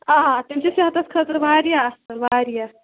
آ تِم چھِ صحتَس خٲطرٕ واریاہ اَصٕل واریاہ